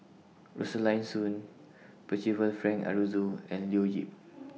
Rosaline Soon Percival Frank Aroozoo and Leo Yip